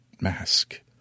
mask